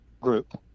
Group